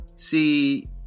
See